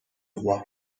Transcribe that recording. roi